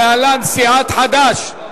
להלן: סיעת חד"ש.